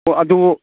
ꯑꯣ ꯑꯗꯨ